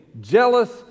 jealous